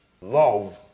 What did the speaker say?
love